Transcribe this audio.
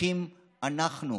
אחים אנחנו.